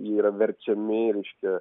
yra verčiami reiškia